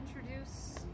introduce